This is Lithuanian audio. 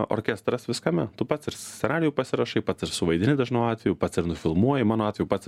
orkestras viskame tu pats ir scenarijų pasirašai pats ir suvaidini dažnu atveju pats ir nufilmuoji mano atveju pats ir